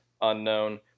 unknown